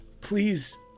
Please